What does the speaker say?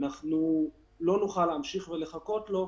אנחנו לא נוכל להמשיך ולחכות לו,